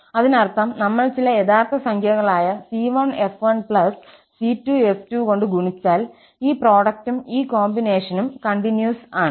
അതിനർത്ഥം നമ്മൾ ചില യഥാർത്ഥ സംഖ്യകളായ c1f1 c2f2 കൊണ്ട് ഗുണിച്ചാൽ ഈ പ്രോഡക്റ്റും ഈ കോമ്പിനേഷനും കണ്ടിന്യൂസ് ആണ്